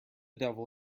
devil